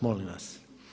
Molim vas.